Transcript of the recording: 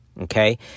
okay